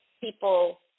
people